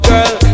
Girl